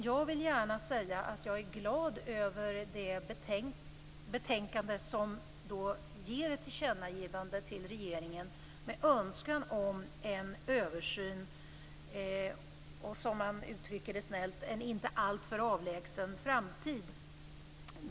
Jag vill gärna säga att jag är glad över betänkandet, som ger ett tillkännagivande till regeringen med önskan om en översyn i, som man snällt uttrycker det, en inte alltför avlägsen framtid.